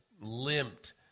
limped